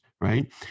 right